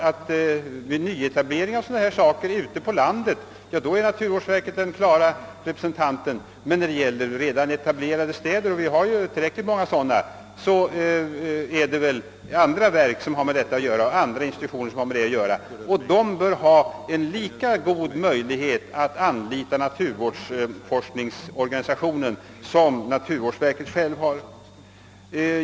Vid nyetablering på landet är det klart att naturvårdsverket kommer in i bilden, men beträffande redan etablerade städer — och vi har ju tillräckligt många sådana — är det andra verk och institutioner som har med saken att göra. De bör ha lika goda möjligheter att anlita naturvårdsforskningsorganisationen som mnaturvårdsverket självt.